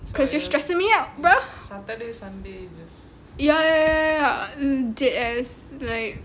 because you're stressing me out bro ya ya ya they as like